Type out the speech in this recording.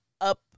up